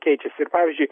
keičiasi ir pavyzdžiui